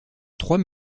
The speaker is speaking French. trois